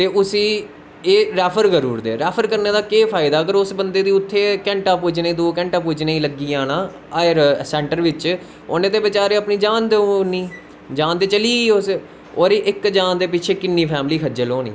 ते उसी एह् रैफर करी ओड़दे रैफर दा केह् फायदा अगर उस बंदे दी उत्थे घैंटा पुज्जने गी दो घैटा पुज्जने गी लग्गी जाना हायर सैंटर बिच्च उने ते बचैरे अपनी जान देई ओड़नी जान ते चली उस ओह्दी इक जान दे पिच्छें किन्नी फैमली खज्जल होनी